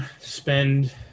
spend